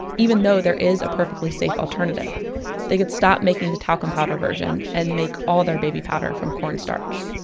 even though there is a perfectly safe alternative they could stop making the talcum powder version and make all their baby powder from cornstarch